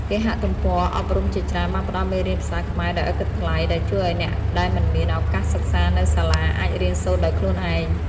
គេហទំព័រអប់រំជាច្រើនបានផ្តល់មេរៀនភាសាខ្មែរដោយឥតគិតថ្លៃ ដែលជួយឱ្យអ្នកដែលមិនមានឱកាសសិក្សានៅសាលាអាចរៀនសូត្រដោយខ្លួនឯង។